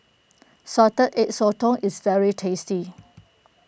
Salted Egg Sotong is very tasty